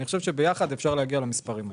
אפשר להגיע למספרים האלה.